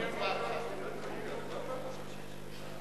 לוועדת העבודה, הרווחה והבריאות נתקבלה.